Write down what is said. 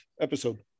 episode